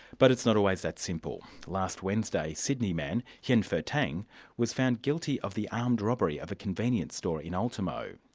but it's not always that simple. last wednesday, sydney man hien puoc tang was found guilty of the armed robbery of a convenience stores in ultimo.